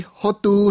hotu